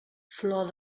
flor